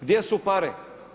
Gdje su pare?